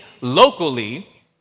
locally